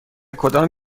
کدام